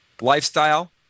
lifestyle